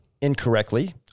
incorrectly